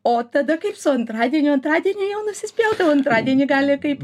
o tada kaip su antradieniu antradieniu jau nusispjaut jau antradienį gali ateit